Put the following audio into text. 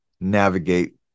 navigate